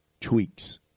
tweaks